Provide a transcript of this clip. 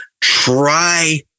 try